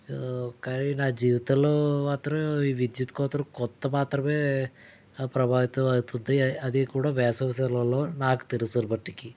కానీ నా జీవితంలో మాత్రము ఈ విద్యుత్ కోతలు కొంత మాత్రమే ప్రభావితం అవుతుంది అది కూడా వేసవి సెలవులలో నాకు తెలిసినమటుకు